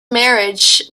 marriage